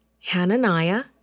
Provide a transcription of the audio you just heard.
Hananiah